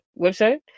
website